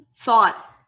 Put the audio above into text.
thought